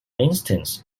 instance